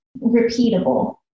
repeatable